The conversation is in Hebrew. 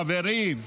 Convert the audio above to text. חברים,